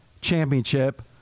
championship